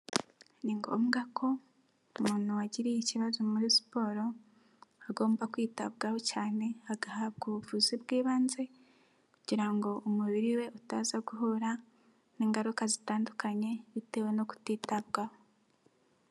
Ni ngombwa ko umuntu wagiriye ikibazo muri siporo agomba kwitabwaho cyane agahabwa ubuvuzi bw'ibanze, kugira ngo umubiri we utaza guhura n'ingaruka zitandukanye bitewe no kutitabwaho.